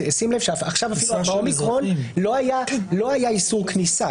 לא היה איסור כניסה,